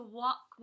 walk